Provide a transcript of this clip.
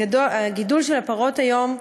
הגידול של הפרות כיום,